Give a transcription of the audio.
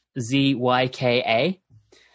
Z-Y-K-A